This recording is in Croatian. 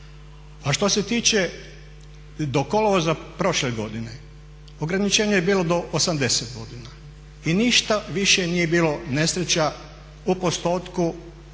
A što se tiče do kolovoza prošle godine, ograničenje je bilo do 80 godina i ništa više nije bilo nesreća u postotku od onoga